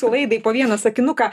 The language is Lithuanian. laidai po vieną sakinuką